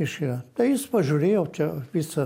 reiškia tai jis pažiūrėjo čia vizą